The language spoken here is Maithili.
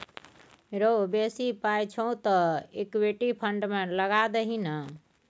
रौ बेसी पाय छौ तँ इक्विटी फंड मे लगा दही ने